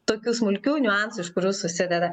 tokių smulkių niuansų iš kurių susideda